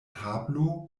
tablo